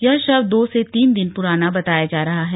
यह शव दो से तीन दिन पुराना बताया जा रहा है